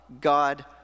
God